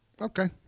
Okay